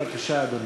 בבקשה, אדוני.